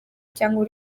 cyangwa